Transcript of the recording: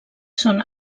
són